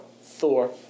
Thor